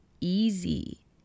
easy